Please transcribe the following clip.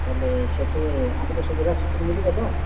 ବଲେ ସେଇଠି ଆମକୁ ସୁବିଧା ସେସବୁ ମିଳିବ ତ